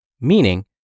meaning